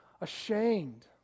ashamed